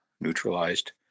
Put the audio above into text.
neutralized